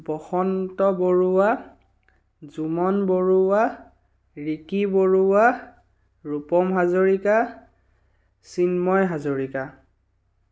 Basanta Baruah Juman Baruah Riki Baruah Rupam Hazarika Chinmoy Hazarika